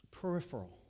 peripheral